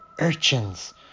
urchins